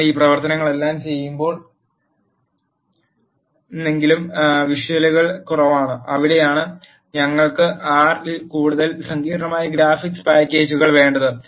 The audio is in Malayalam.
നിങ്ങൾ ഈ പ്രവർത്തനങ്ങളെല്ലാം ചെയ്യുന്നുണ്ടെങ്കിലും വിഷ്വലുകൾ കുറവാണ് അവിടെയാണ് ഞങ്ങൾക്ക് ആർ ൽ കൂടുതൽ സങ്കീർണ്ണമായ ഗ്രാഫിക്സ് പാക്കേജുകൾ വേണ്ടത്